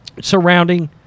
surrounding